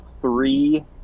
three